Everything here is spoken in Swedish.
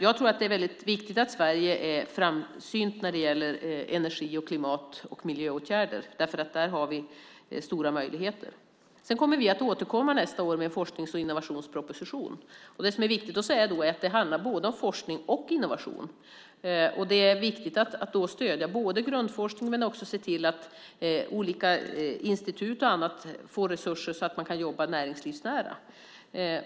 Jag tror att det är väldigt viktigt att Sverige är framsynt när det gäller energi-, klimat och miljöåtgärder därför att vi där har stora möjligheter. Nästa år återkommer vi med en forsknings och innovationsproposition. Det är viktigt att säga att det då handlar om både forskning och innovation. Det är viktigt att stödja grundforskningen men också att se till att olika institut och andra får resurser så att man kan jobba näringslivsnära.